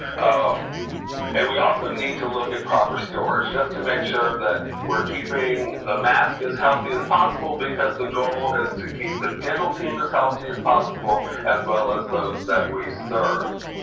um and we also need to look at proper storage, just to make sure that we're keeping the mask as healthy as possible because the goal is to keep the dental team as healthy as possible as well as those that we serve.